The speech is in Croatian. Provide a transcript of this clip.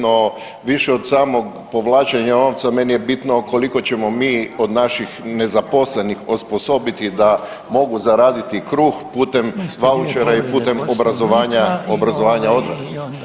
No, više od samog povlačenja novca meni je bitno koliko ćemo mi od naših nezaposlenih osposobiti da mogu zaraditi kruh putem vouchera i putem obrazovanja odraslih.